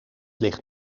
ligt